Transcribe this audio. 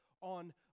on